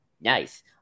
Nice